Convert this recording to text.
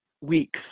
weeks